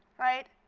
right?